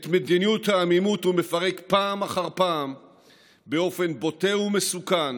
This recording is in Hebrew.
את מדיניות העמימות הוא מפרק פעם אחר פעם באופן בוטה ומסוכן